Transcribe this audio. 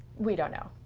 we don't know.